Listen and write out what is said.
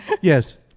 Yes